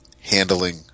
handling